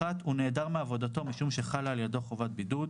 (1)הוא נעדר מעבודתו משום שחלה על ילדו חובת בידוד.